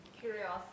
Curiosity